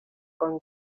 con